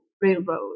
Railroad